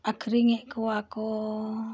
ᱟᱹᱠᱷᱨᱤᱧᱮᱫ ᱠᱚᱣᱟ ᱠᱚ